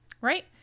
Right